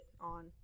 on